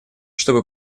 чтобы